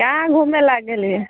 काहाँ घुमे लए गेलियै